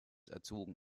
erzogen